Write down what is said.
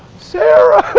sarah!